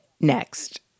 next